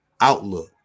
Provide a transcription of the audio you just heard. outlook